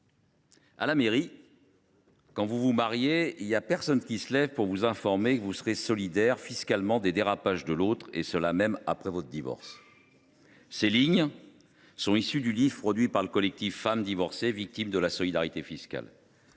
À la mairie, quand vous vous mariez, il n’y a personne qui se lève pour vous informer que vous serez solidaire fiscalement des “dérapages” de l’autre et cela même après votre divorce. » Ces lignes sont issues du livre produit par le collectif des femmes divorcées victimes de la solidarité fiscale.